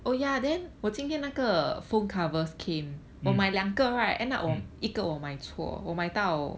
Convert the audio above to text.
mm mm